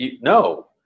No